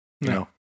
No